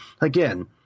again